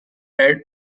red